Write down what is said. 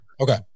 Okay